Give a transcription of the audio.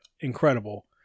Incredible